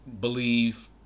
believe